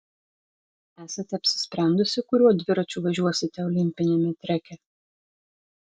esate apsisprendusi kuriuo dviračiu važiuosite olimpiniame treke